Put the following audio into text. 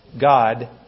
God